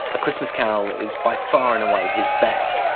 a christmas carol is by far and away his best,